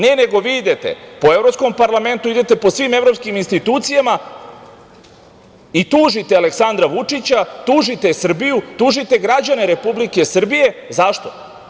Ne, nego vi idete po Evropskom parlamentu, idete po svim evropskim institucijama i tužite Aleksandra Vučića, tužite Srbiju, tužite građane Republike Srbije, zašto?